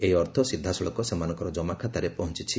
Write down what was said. ଏହି ଅର୍ଥ ସିଧାସଳଖ ସେମାନଙ୍କର ଜମାଖାତାରେ ପହଞ୍ଚୁଛି